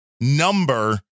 number